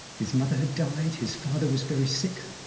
his mother had died, his father was very sick,